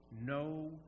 no